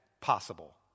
possible